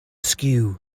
skew